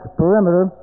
perimeter